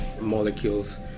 molecules